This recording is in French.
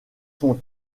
son